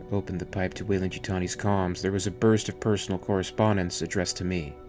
opened to pipe to weyland yutani's comms, there was a burst of personal correspondance addressed to me.